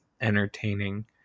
entertaining